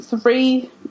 three